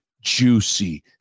juicy